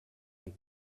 ein